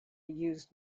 used